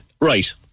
Right